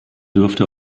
dürfte